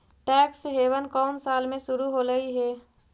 Tax haven कउन साल में शुरू होलई हे?